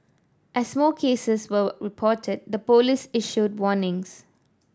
as more cases were reported the police issued warnings